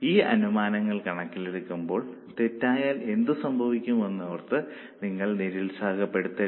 ഈ അനുമാനങ്ങൾ കണക്കിലെടുക്കുമ്പോൾ തെറ്റിയാൽ എന്ത് സംഭവിക്കും എന്നോർത്ത് നിങ്ങൾ നിരുത്സാഹപ്പെടുത്തരുത്